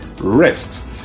rest